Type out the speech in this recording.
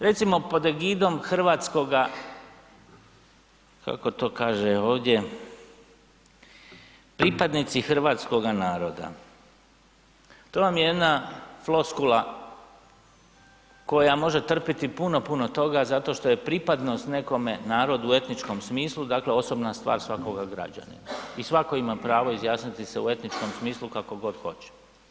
Recimo pod egidom hrvatskoga, kako to kaže ovdje, pripadnici hrvatskoga naroda, to vam je jedna floskula koja može trpiti puno, puno toga zato što je pripadnost nekome narodu u etničkom smislu osobna stvar svakoga građanina i svako ima pravo izjasniti se u etničkom smislu kako god hoće.